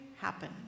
happen